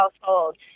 household